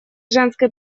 женской